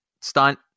stunt